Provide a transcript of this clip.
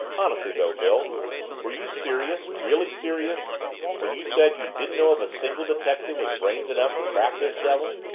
honestly, though, bill were you serious, really serious when you said you didn't know of a single detective with brains enough to trap this devil?